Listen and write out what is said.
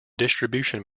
distribution